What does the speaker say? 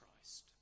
Christ